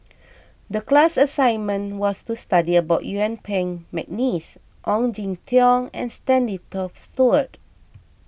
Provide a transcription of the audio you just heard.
the class assignment was to study about Yuen Peng McNeice Ong Jin Teong and Stanley Toft Stewart